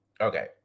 Okay